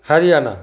Haryana